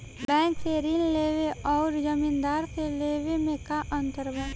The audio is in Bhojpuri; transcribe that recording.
बैंक से ऋण लेवे अउर जमींदार से लेवे मे का अंतर बा?